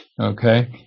okay